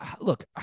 Look